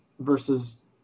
versus